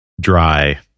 dry